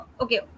okay